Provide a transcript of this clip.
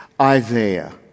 Isaiah